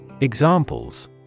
Examples